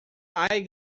hay